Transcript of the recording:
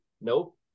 Nope